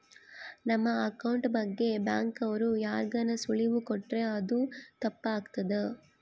ನಮ್ ಅಕೌಂಟ್ ಬಗ್ಗೆ ಬ್ಯಾಂಕ್ ಅವ್ರು ಯಾರ್ಗಾನ ಸುಳಿವು ಕೊಟ್ರ ಅದು ತಪ್ ಆಗ್ತದ